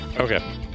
Okay